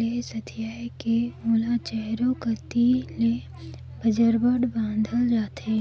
ले सथियाए के ओला चाएरो कती ले बजरबट बाधल जाथे